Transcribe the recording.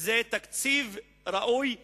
זה תקציב ראוי והוגן.